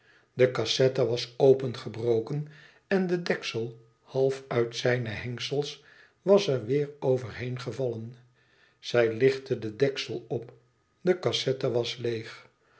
de cassette was opengebroken en het deksel half uit zijne hengsels was er weêr overheen gevallen zij lichtte het deksel op de cassette was leêg